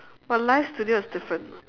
but live studio is different